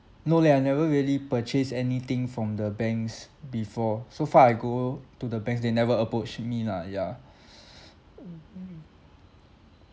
no leh I never really purchased anything from the banks before so far I go to the banks they never approach me lah yeah mmhmm